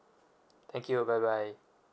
thank you bye bye